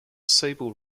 sable